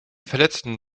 verletzten